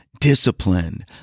disciplined